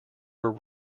were